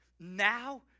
Now